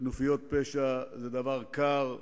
כנופיות פשע הן דבר קר,